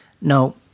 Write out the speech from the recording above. No